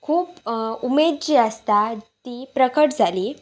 खूब उमेद जी आसता ती प्रकट जाली